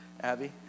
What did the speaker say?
Abby